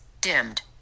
Dimmed